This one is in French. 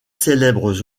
célèbres